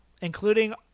including